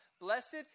Blessed